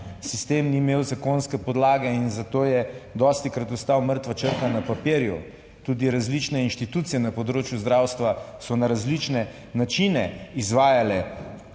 sistem ni imel zakonske podlage in zato je dostikrat ostal mrtva črka na papirju. Tudi različne inštitucije na področju zdravstva so na različne načine izvajale